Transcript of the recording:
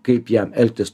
kaip jam elgtis